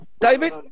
David